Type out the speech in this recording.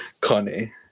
connie